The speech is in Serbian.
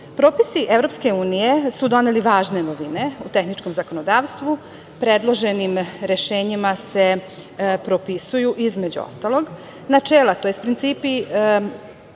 oblasti. Propisi EU su doneli važne novine u tehničkom zakonodavstvu. Predloženim rešenjima se propisuju, između ostalog, načela, to jest principi